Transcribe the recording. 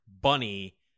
bunny